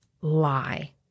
lie